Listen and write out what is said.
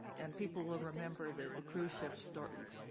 and people will remember the cruise ship stories.